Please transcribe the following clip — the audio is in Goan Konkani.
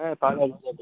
हें पावलें